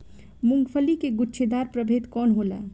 मूँगफली के गुछेदार प्रभेद कौन होला?